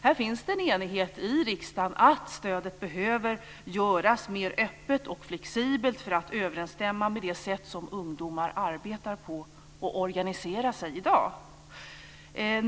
Det finns en enighet i riksdagen om att stödet behöver göras mer öppet och flexibelt för att det ska överensstämma med det sätt som ungdomar arbetar på och organiserar sig i dag.